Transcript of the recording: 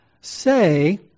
say